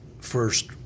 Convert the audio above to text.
first